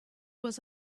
was